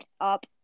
up